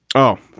oh,